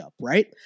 right